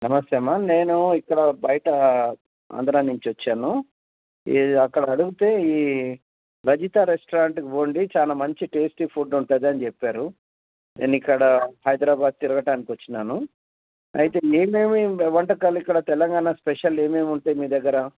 నమస్తే మా నేను ఇక్కడ బయట ఆంధ్రా నుంచి వచ్చాను ఏది అక్కడ అడిగితే ఈ రజిత రెస్టారెంట్కి పోండి చాలా మంచి టేస్టీ ఫుడ్ ఉంటుంది అని చెప్పారు నేను ఇక్కడ హైదరాబాద్ తిరగటానికి వచ్చినాను అయితే ఏమేమి వంటకాలు ఇక్కడ తెలంగాణ స్పెషల్ ఏమేమి ఉంటాయి మీ దగ్గర